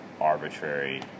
arbitrary